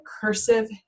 cursive